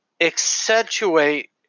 accentuate